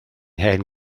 hen